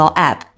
app